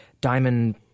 diamond